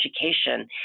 education